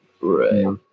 Right